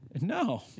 No